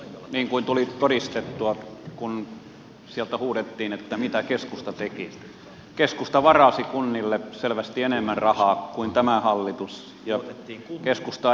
niin kuin tuli todistettua kun sieltä huudettiin että mitä keskusta teki keskusta varasi kunnille selvästi enemmän rahaa kuin tämä hallitus ja keskustaa edeltäneet hallitukset